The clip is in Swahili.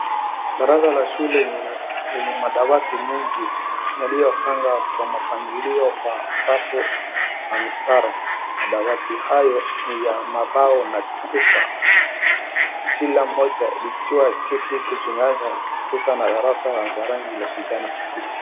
Darasa la shule lenye madawati mingi liliopanga kwa mpangilio wa safu na mstara, madawati hayo ni ya mabao na chupa, kila mmoja likiwa kiti kwenye kiwanja na darasa na la rangi kibichi.